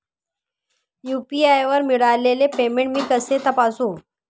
UPI वर मिळालेले payment मी कसे तपासू?